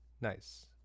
Nice